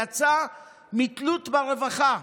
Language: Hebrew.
יצא מתלות ברווחה.